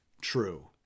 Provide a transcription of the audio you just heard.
true